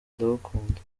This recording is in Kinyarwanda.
ndabakunda